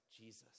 Jesus